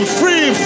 free